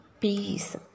Peace